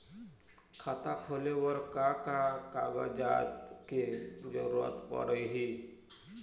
खाता खोले बर का का कागजात के जरूरत पड़ही?